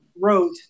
wrote